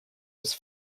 was